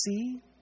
see